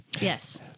yes